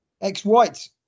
Ex-White